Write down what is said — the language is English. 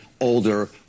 older